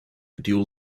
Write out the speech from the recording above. dual